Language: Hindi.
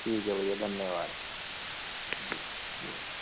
ठीक है भैया धन्यवाद